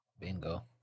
Bingo